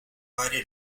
varie